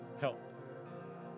help